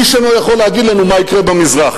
איש אינו יכול להגיד לנו מה יקרה במזרח,